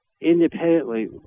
independently